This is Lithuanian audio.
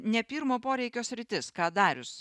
ne pirmo poreikio sritis ką darius